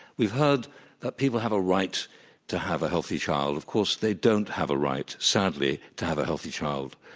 we heard that people have a right to have a healthy child. of course, they don't have a right, sadly, to have a healthy child.